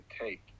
take